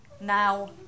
now